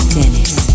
Dennis